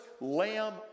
Lamb